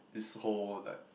this whole like